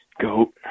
goat